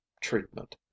treatment